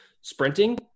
sprinting